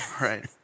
Right